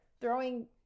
throwing